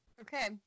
Okay